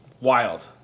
wild